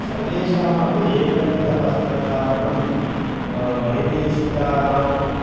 सर्वेषामपि एकविधवस्त्रधारणं वैदेशिकानां